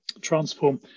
transform